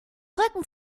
rücken